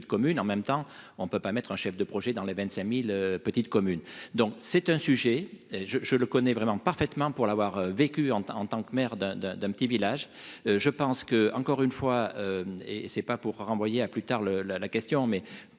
en même temps on ne peut pas mettre un chef de projet dans les 25000 petites communes donc c'est un sujet je, je le connais vraiment parfaitement pour l'avoir vécu en tant que maire d'un d'un d'un petit village. Je pense que, encore une fois, et c'est pas pour renvoyer à plus tard le la la question